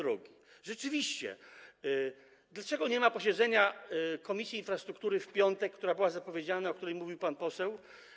Rzeczywiście, dlaczego nie ma posiedzenia Komisji Infrastruktury w piątek, które było zapowiedziane, o którym mówił pan poseł?